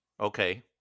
Okay